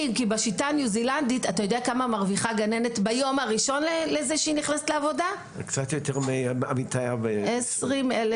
גננת בניו זילנד ביום הראשון לעבודתה מקבלת 20,000